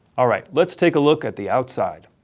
all right let's take a look at the outside.